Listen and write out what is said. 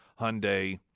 Hyundai